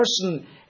person